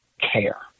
care